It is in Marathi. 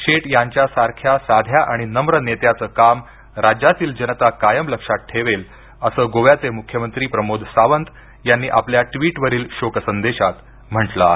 शेट यांच्यासारख्या साध्या आणि नम्र नेत्याचं काम राज्यातील जनता कायम लक्षात ठेवेल असं गोव्याचे मुख्यमंत्री प्रमोद सावंत यांनी आपल्या ट्वीटवरील शोकसंदेशात म्हटलं आहे